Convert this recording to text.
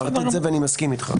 ואני מסכים אתך.